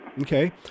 okay